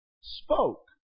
spoke